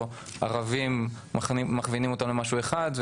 או מכווינים ערבים למשהו אחד.